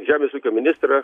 žemės ūkio ministrą